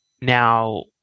now